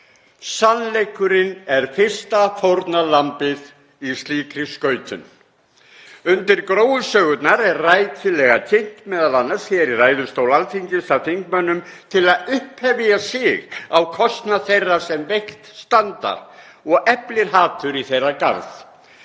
Sannleikurinn er fyrsta fórnarlambið í slíkri skautun. Undir gróusögurnar er rækilega kynnt, m.a. hér í ræðustól Alþingis af þingmönnum til að upphefja sig á kostnað þeirra sem veikt standa og eflir hatur í þeirra garð.